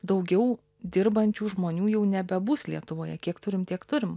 daugiau dirbančių žmonių jau nebebus lietuvoje kiek turim tiek turim